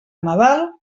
nadal